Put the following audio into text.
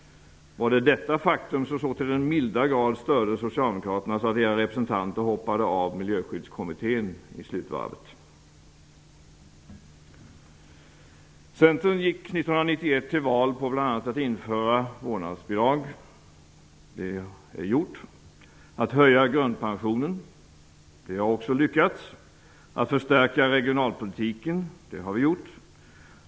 Var det detta faktum som så till den milda grad störde er socialdemokrater så att era representanter hoppade av Miljöskyddskommittén i slutvarvet? --att införa vårdnadsbidrag; det är gjort. --att höja grundpensionen; det har också lyckats. --att förstärka regionalpolitiken; det har vi gjort.